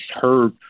heard